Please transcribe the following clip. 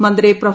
മന്ത്രി പ്രൊഫ